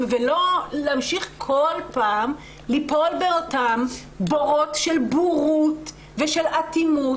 ולא להמשיך כל פעם ליפול באותם בורות של בורות ושל אטימות.